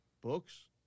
Books